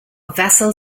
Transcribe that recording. vassal